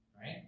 right